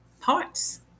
parts